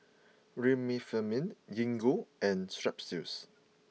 Remifemin Gingko and Strepsils